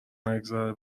نگذره